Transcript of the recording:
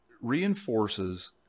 reinforces